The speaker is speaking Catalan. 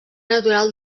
natural